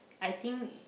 I think